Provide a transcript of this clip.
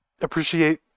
appreciate